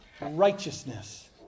righteousness